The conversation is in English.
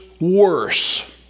worse